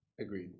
agreed